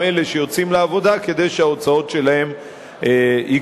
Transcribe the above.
אלה שיוצאים לעבודה כדי שההוצאות שלהם יקטנו.